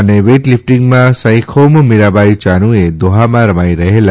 અને વેઇટલીફ્ટીંગમાં ના સાઇખોમ મીરાબાઇ ચાનુએ દોહામાં રમાઇ રહેલા